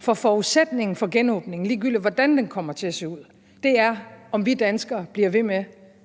for forudsætningen for genåbningen, ligegyldig hvordan den kommer til at se ud, er, at vi danskere bliver ved med